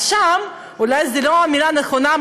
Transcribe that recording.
אז שם אולי "מענק חימום" זה לא המילה הנכונה,